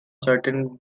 certain